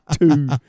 two